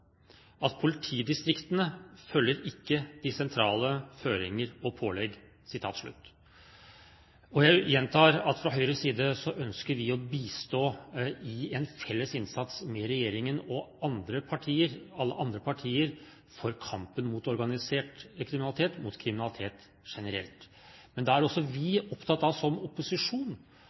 Politidistriktene følger ikke de sentrale føringer og pålegg. Jeg gjentar at vi fra Høyres side ønsker å bistå i en felles innsats med regjeringen og alle andre partier i kampen mot organisert kriminalitet og mot kriminalitet generelt. Men der er også vi, som opposisjonen, opptatt av